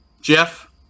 Jeff